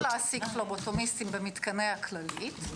אנחנו ממשיכים להעסיק פבלוטומיסטים במתקני הכללית,